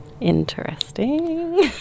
Interesting